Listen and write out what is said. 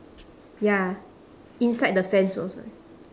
ya inside the fence also